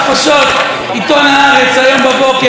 עיתון הארץ היום בבוקר,